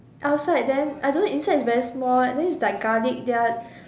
outside then I don't know inside is very small then is like garlic their